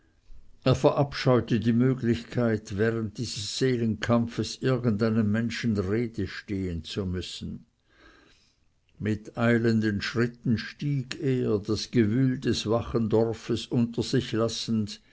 er verabscheute die möglichkeit während dieses seelenkampfes irgendeinem menschen rede stehen zu müssen mit eilenden schritten stieg er das gewühl des wachen dorfes unter sich lassend